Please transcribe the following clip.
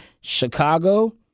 Chicago